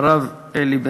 הרב אלי בן-דהן.